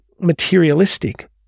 materialistic